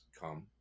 come